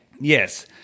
Yes